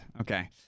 Okay